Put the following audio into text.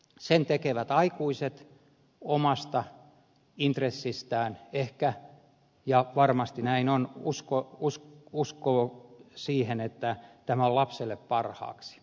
sen tekevät aikuiset omasta intressistään ehkä ja varmasti näin on uskoen siihen että tämä on lapselle parhaaksi